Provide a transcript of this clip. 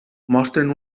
mostren